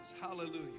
Hallelujah